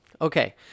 Okay